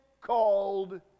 called